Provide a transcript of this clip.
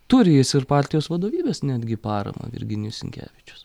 turi jis ir partijos vadovybės netgi paramą virginijus sinkevičius